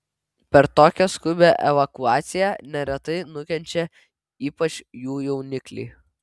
per tokią skubią evakuaciją neretai nukenčia ypač jų jaunikliai